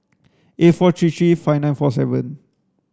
eight four three three five nine four seven